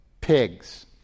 pigs